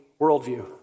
worldview